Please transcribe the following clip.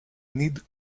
need